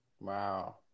wow